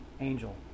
Angel